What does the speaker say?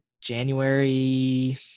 January